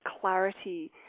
clarity